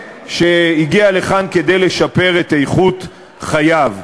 שהגיע לכאן כדי לשפר את איכות חייו.